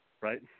Right